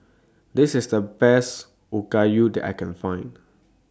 This IS The Best Okayu that I Can Find